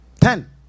ten